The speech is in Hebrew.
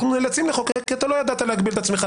נאלצים לחוקק כי אתה לא ידעת להגביל את עצמך.